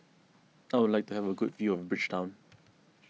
I would like to have a good view of Bridgetown